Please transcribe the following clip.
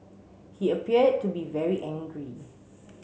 he appeared to be very angry